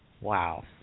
Wow